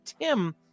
Tim